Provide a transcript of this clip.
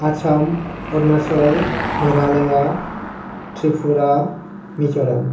Assam Arunachal Meghalaya Tripura Mizoram